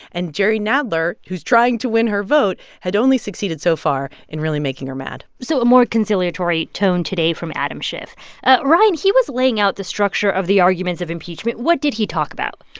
and jerry nadler, who's trying to win her vote, had only succeeded so far in really making her mad so a more conciliatory tone today from adam schiff ryan, he was laying out the structure of the arguments of impeachment. what did he talk about?